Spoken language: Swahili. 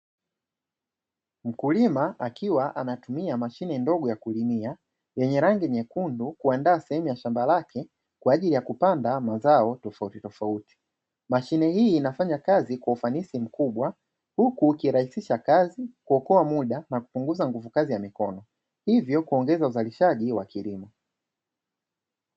Mkulima akiwa anatumia mashine ndogo ya kulimia, yenye rangi nyekundu, kuandaa sehemu ya shamba lake kwa ajili ya kupanda mazao tofautitofauti. Mashine hii inafanya kazi kwa ufanisi mkubwa, huku ikirahisisha kazi, kuokoa muda, na kupunguza nguvu kazi ya mikono, hivyo kuongeza uzalishaji wa kilimo.